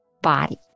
body